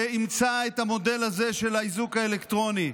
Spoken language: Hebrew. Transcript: שאימצה את המודל הזה של האיזוק האלקטרוני,